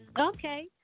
Okay